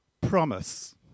promise